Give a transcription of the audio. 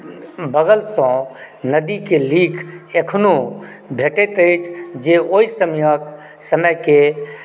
बगलसंँ नदीके लीक अखनो भेटैत अछि जे ओहि समयके समयके